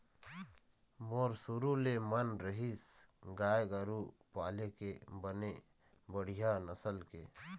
मोर शुरु ले मन रहिस गाय गरु पाले के बने बड़िहा नसल के